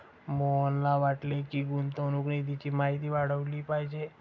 मोहनला वाटते की, गुंतवणूक निधीची माहिती वाढवली पाहिजे